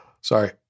Sorry